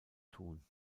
tun